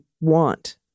want